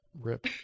Rip